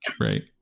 Right